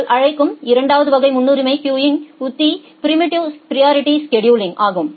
நீங்கள் அழைக்கும் இரண்டாவது வகை முன்னுரிமை கியூங் உத்தி ப்ரீம்ப்டிவ் பிரியரிட்டி ஸ்செடுலிங் ஆகும்